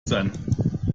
sein